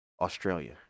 Australia